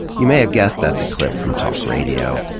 you may have guessed that's a clip from talk radio.